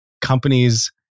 companies